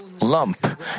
lump